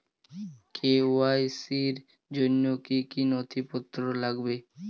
KYC র জন্য কি কি নথিপত্র লাগবে?